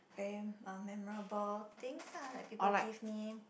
very uh memorable things ah like people give me